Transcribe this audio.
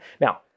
Now